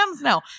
No